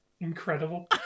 Incredible